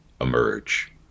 emerge